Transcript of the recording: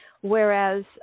whereas